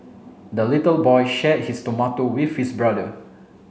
the little boy shared his tomato with his brother